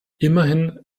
immerhin